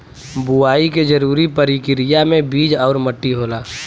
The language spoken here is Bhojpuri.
बुवाई के जरूरी परकिरिया में बीज आउर मट्टी होला